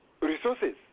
resources